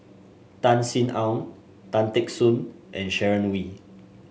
Tan Sin Aun Tan Teck Soon and Sharon Wee